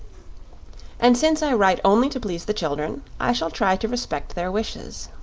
and since i write only to please the children i shall try to respect their wishes.